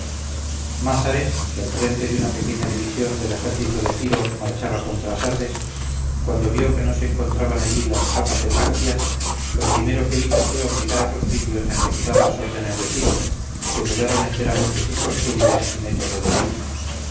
mázares que al frente de una pequeña división del ejército de ciro marchaba contra sardes cuando vio que no encontraba allí las tropas de páctyas lo primero que hizo fue obligar a los lidios a ejecutar las órdenes de ciro que mudaron enteramente sus costumbres y método de vida